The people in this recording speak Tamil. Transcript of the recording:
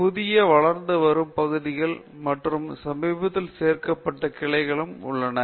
புதிய வளர்ந்து வரும் பகுதிகள் மற்றும் சமீபத்தில் சேர்க்கப்பட்ட பல கிளைகளும் உள்ளன